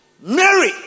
Mary